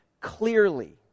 clearly